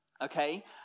okay